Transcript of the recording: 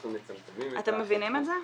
אתם מבינים את זה?